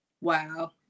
Wow